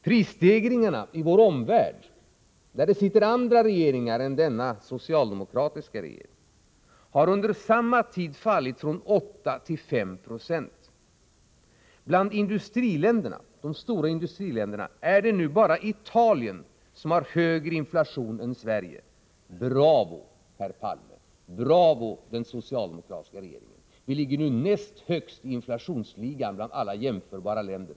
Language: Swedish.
Prisstegringarna i vår omvärld, där det sitter andra regeringar än socialdemokratiska, har under samma tid fallit från 8 till 5 20. Bland de stora industriländerna är det nu bara Italien som har högre inflation än Sverige. Bravo, herr Palme! Bravo, den socialdemokratiska regeringen! Vi ligger nu näst högst i inflationsligan bland alla jämförbara länder.